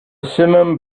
simum